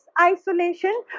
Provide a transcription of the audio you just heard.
isolation